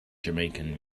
jamaican